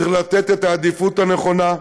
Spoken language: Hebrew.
צריך לתת את העדיפות הנכונה,